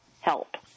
help